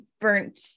burnt